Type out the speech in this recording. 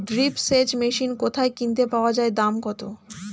Drip সেচ machine কোথায় কিনতে পাওয়া যায় দাম কত?